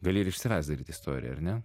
gali ir iš savęs daryt istoriją ar ne